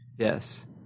Yes